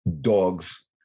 dogs